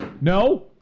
No